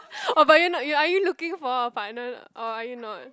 oh but you not are you looking for a partner or are you not